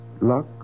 luck